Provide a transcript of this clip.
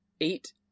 eight